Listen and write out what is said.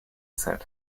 set